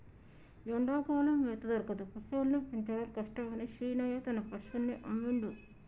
ఎండాకాలం మేత దొరకదు పశువుల్ని పెంచడం కష్టమని శీనయ్య తన పశువుల్ని అమ్మిండు